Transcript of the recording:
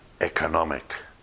economic